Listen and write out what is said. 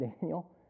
Daniel